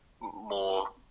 more